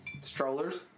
Strollers